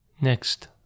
Next